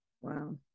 wow